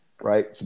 Right